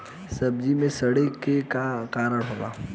सब्जी में सड़े के का कारण होला?